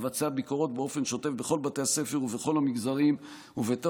המבצע ביקורות באופן שוטף בכל בתי הספר ובכל המגזרים ובתוך